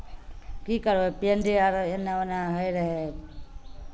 की करबै पेंटे आर एन्नऽ ओन्नऽ होइत रहै